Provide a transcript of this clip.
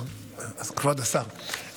כבוד השר,